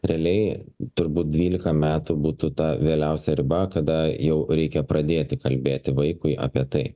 realiai turbūt dvylika metų būtų ta vėliausia riba kada jau reikia pradėti kalbėti vaikui apie tai